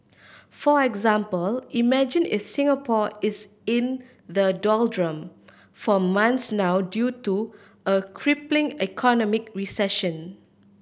for example imagine is Singapore is in the doldrum for months now due to a crippling economic recession